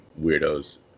weirdos